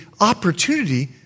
opportunity